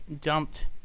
dumped